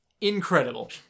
Incredible